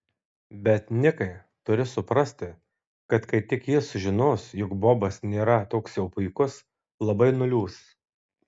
bet nikai turi suprasti kad kai tik ji sužinos jog bobas nėra toks jau puikus labai nuliūs